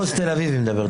כי כך אתם מנהלים ומתנהלים.